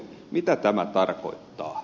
mitä tämä tarkoittaa